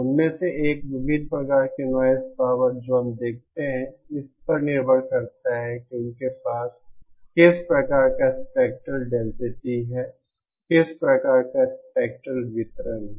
उनमें से एक विभिन्न प्रकार की नॉइज़ पावर जो हम देखते हैं इस पर निर्भर करता है कि उनके पास किस प्रकार का स्पेक्ट्रेल डेंसिटी है किस प्रकार का स्पेक्ट्रेल वितरण है